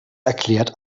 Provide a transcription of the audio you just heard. erklärt